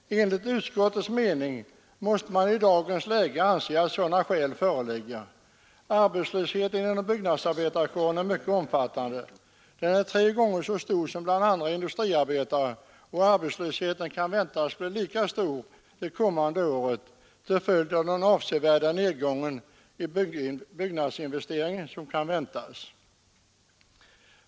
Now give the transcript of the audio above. Enligt utskottets mening måste man i dagens läge anse att sådana skäl föreligger. Arbetslösheten inom byggnadsarbetarkåren är mycket omfattande — den är tre gånger så stor som bland industriarbetare — och den kan antas bli lika stor det kommande året till följd av den avsevärda nedgång i byggnadsinvesteringarna som kan väntas.